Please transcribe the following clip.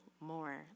more